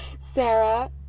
Sarah